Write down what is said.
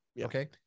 Okay